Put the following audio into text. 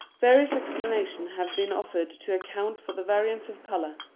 various explanations have been ofifered to account for the variance of colour.